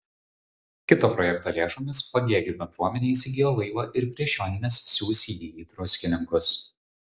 kito projekto lėšomis pagėgių bendruomenė įsigijo laivą ir prieš jonines siųs jį į druskininkus